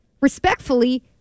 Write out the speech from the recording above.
respectfully